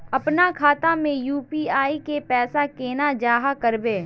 अपना खाता में यू.पी.आई के पैसा केना जाहा करबे?